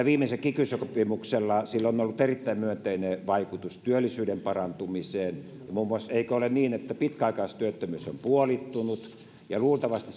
viimeisellä kiky sopimuksella on ollut erittäin myönteinen vaikutus työllisyyden parantumiseen eikö ole niin että pitkäaikaistyöttömyys on puolittunut ja luultavasti